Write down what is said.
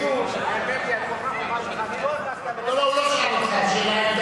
האמת היא, אני מוכרח לומר לך: אני לא, לא, לא.